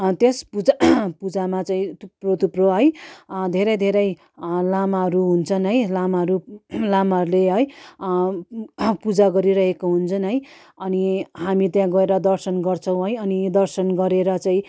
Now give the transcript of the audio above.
त्यस पूजा पूजामा चाहिँ थुप्रो थुप्रो है धेरै धेरै लामाहरू हुन्छन् है लामाहरू लामाहरूले है पूजा गरिरहेको हुन्छन् है अनि हामी त्यहाँ गएर दर्शन गर्छौँ है अनि दर्शन गरेर चाहिँ